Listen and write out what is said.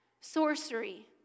sorcery